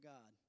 God